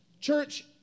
Church